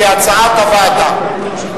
סעיף 32,